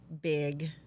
big